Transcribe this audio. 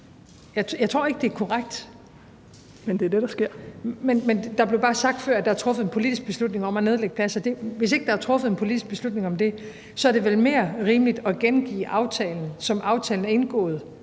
Carsten Nielsen (RV): Men det er det, der sker.) Men der blev bare sagt før, at der er truffet en politisk beslutning om at nedlægge pladser. Hvis ikke der er truffet en politisk beslutning om det, er det vel mere rimeligt at gengive aftalen, som aftalen er indgået,